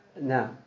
Now